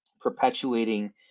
perpetuating